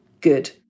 good